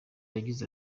yagize